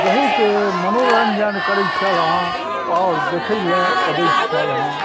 बहुत मनोरञ्जन करय छल हँ आओर देखय लए अबैत छल हँ